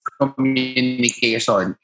communication